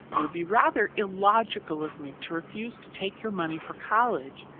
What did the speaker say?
it would be rather illogical of me to refuse to take your money for college,